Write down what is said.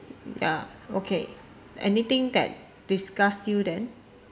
ya okay anything that disgust you then